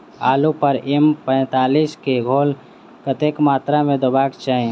आलु पर एम पैंतालीस केँ घोल कतेक मात्रा मे देबाक चाहि?